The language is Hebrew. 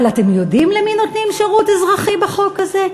אבל אתם יודעים למי נותנים שירות אזרחי בחוק הזה?